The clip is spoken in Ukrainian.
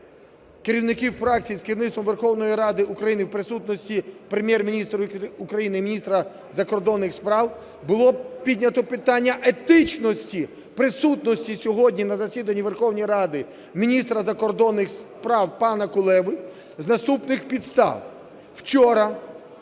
керівників фракцій з керівництвом Верховної Ради України у присутності Прем'єр-міністра України і міністра закордонних справ було піднято питання етичності присутності сьогодні на засіданні Верховної Ради міністра закордонних справ пана Кулеби з наступних підстав. Вчора,